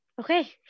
Okay